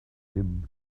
tim